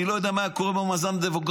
אני לא יודע מה היה קורה במאזן הדמוגרפי